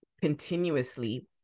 continuously